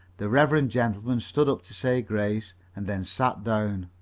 the reverend gentleman stood up to say grace, and then sat down.